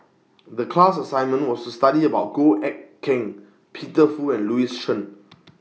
The class assignment was to study about Goh Eck Kheng Peter Fu and Louis Chen